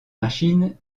machine